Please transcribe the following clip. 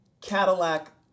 Cadillac